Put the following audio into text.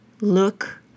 Look